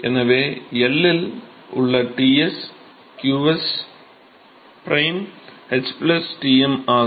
எனவே L இல் உள்ள Ts qs prime h Tm ஆகும்